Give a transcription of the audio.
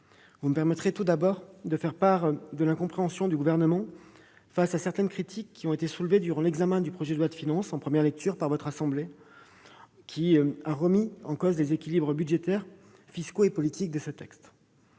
les sénateurs, de vous faire part de l'incompréhension du Gouvernement face à certaines critiques qui ont été soulevées durant l'examen du projet de loi de finances en première lecture, votre assemblée ayant remis en cause les équilibres budgétaires, fiscaux et politiques de ce texte.